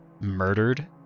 murdered